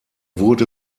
wurde